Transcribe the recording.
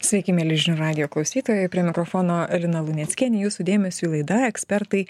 sveiki mieli žinių radijo klausytojai prie mikrofono lina luneckienė jūsų dėmesiui laida ekspertai